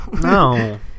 no